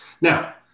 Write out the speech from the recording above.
Now